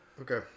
Okay